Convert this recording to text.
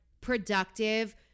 productive